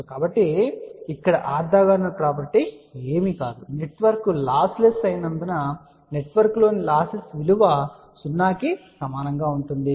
కాబట్టి ఇక్కడ orthogonal property ఏమీ కాదు నెట్వర్క్ లాస్ లెస్ అయినందున నెట్వర్క్లోని లాస్సెస్ విలువ 0 కి సమానంగా ఉంటుంది